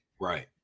Right